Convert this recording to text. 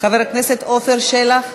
חבר הכנסת עפר שלח,